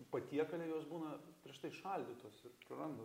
patiekale jos būna prieš tai šaldytos ir praranda